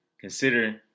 consider